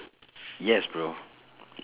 yes bro